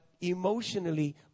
emotionally